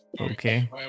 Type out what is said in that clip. Okay